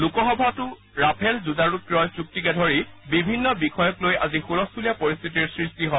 লোকসভাতো Rafale যুঁজাৰু ক্ৰয় চুক্তিকে ধৰি বিভিন্ন বিষয়ক লৈ আজি হুলস্থূলীয়া পৰিস্থিতিৰ সৃষ্টি হয়